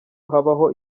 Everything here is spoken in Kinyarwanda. habaho